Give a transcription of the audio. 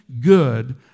good